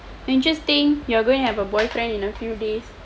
interesting you are going to have a boyfriend in a few days